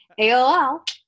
AOL